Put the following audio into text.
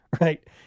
right